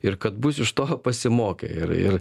ir kad bus iš to pasimokę ir ir